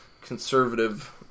conservative